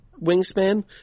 wingspan